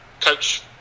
Coach